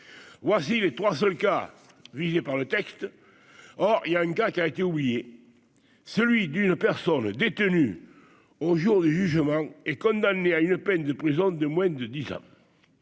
voici les 3 seuls cas visés par le texte, or il y a un gars qui a été oublié, celui d'une personne détenue au jour du jugement et condamné à une peine de prison de moins de 10 à